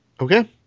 Okay